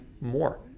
more